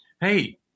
Hey